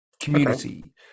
community